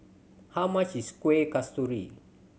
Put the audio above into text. how much is Kueh Kasturi